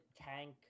tank